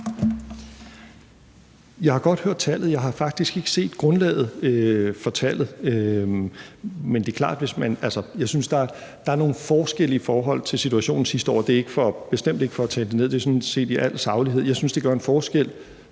Jeg har godt hørt tallet, jeg har faktisk ikke set grundlaget for tallet. Jeg synes, at der er nogle forskelle i forhold til situationen sidste år, og det er bestemt ikke for at tale det ned, det er sådan set i al saglighed, men jeg synes, det gør en forskel